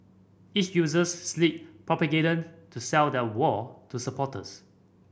each uses slick propaganda to sell their war to supporters